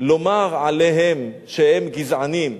לומר עליהם שהם גזענים,